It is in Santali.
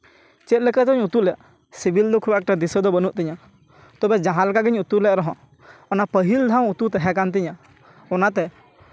ᱪᱮᱫᱞᱮᱠᱟ ᱪᱚᱧ ᱩᱛᱩᱞᱮᱫ ᱥᱤᱵᱤᱞ ᱫᱚ ᱠᱷᱩᱵᱽ ᱮᱠᱴᱟ ᱫᱚ ᱫᱤᱥᱟᱹ ᱫᱚ ᱵᱟᱹᱱᱩᱜ ᱛᱤᱧᱟᱹ ᱛᱚᱵᱮ ᱡᱟᱦᱟᱸᱞᱮᱠᱟ ᱜᱤᱧ ᱩᱛᱩ ᱞᱮᱫ ᱨᱮᱦᱚᱸ ᱚᱱᱟ ᱯᱟᱹᱦᱤᱞ ᱫᱷᱟᱣ ᱩᱛᱩ ᱛᱟᱦᱮᱸᱠᱟᱱ ᱛᱤᱧᱟᱹ ᱚᱱᱟᱛᱮ